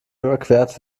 überquert